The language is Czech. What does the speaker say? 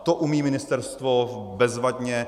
To umí ministerstvo bezvadně.